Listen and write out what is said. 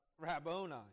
Rabboni